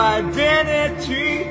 identity